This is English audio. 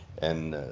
and